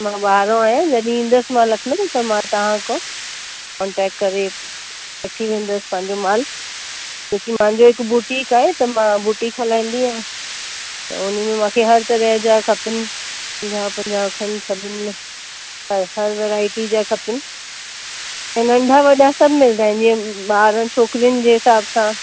मां ॿाहिरों आहियां जॾहिं ईंदसि मां लखनऊ मां तव्हां खां कोंटेक्ट करे वठी वेंदसि पंहिंजो माल छोकी मुंहिंजो हिकु बुटिक आहे त मां बुटिक हलाईंदी आहियां त उन में मूंखे हर तरह जा खपनि पंजाह पंजाहु खनि सभिनि में हर हर वैराइटी जा खपनि ऐं नंढा वॾा सभु मिलंदा आहिनि जीअं ॿार छोकिरियुनि जे हिसाब सां